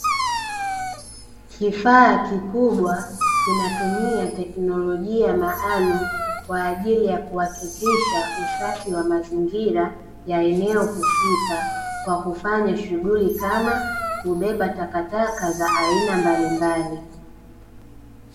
Kifaa kikubwa kinatumia teknolojia maalumu, kwa ajili ya kuhakikisha usafi wa mazingira ya eneo husika, kwa kufanya shughuli kama, kubeba takataka za aina mbalimbali.